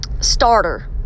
starter